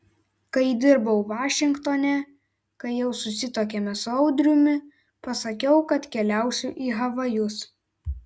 kai dirbau vašingtone kai jau susituokėme su audriumi pasakiau kad keliausiu į havajus